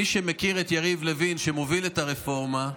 מי שמכיר את יריב לוין, שמוביל את הרפורמה,